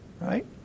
Right